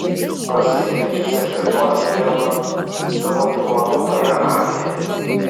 pasikviečiu sekretorę ievą savo pavaduotoją agnę